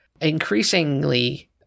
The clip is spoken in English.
increasingly